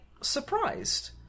surprised